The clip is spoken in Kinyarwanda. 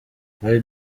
twari